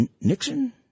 Nixon